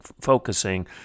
focusing